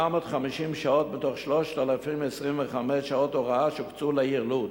750 שעות מתוך 3,025 שעות הוראה שובצו לעיר לוד,